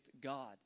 God